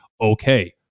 okay